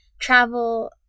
travel